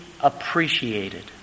appreciated